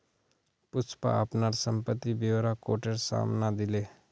पुष्पा अपनार संपत्ति ब्योरा कोटेर साम न दिले